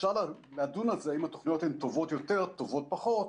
אפשר לדון על זה אם התוכניות הן טובות יותר או טובות פחות.